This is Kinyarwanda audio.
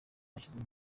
bashyizwe